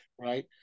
right